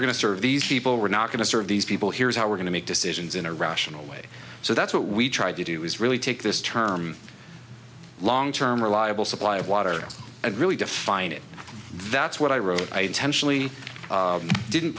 're going to serve these people we're not going to serve these people here's how we're going to make decisions in a rational way so that's what we tried to do is really take this term long term reliable supply of water and really define it that's what i wrote i intentionally didn't